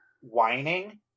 whining